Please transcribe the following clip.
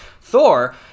Thor